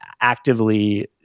actively